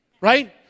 Right